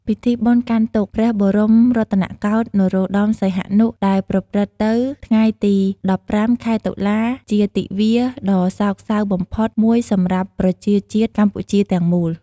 ពិធីបុណ្យកាន់ទុក្ខ ព្រះបរមរតនកោដ្ឋ នរោត្តម សីហនុ ដែលប្រព្រឹត្តទៅថ្ងៃទី ១៥ ខែ តុលា ជាទិវាដ៏សោកសៅបំផុតមួយសម្រាប់ប្រជាជាតិកម្ពុជាទាំងមូល។